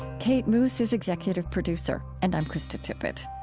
kate moos is executive producer. and i'm krista tippett